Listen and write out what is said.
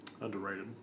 underrated